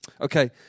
Okay